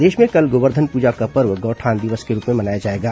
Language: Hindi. प्रदेश में कल गोवर्धन पूजा का पर्व गौठान दिवस के रूप में मनाया जाएगा